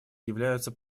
являются